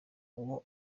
uwo